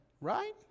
right